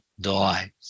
die